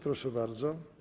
Proszę bardzo.